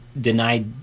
denied